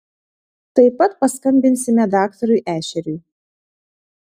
taip pat paskambinsime daktarui ešeriui